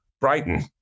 Brighton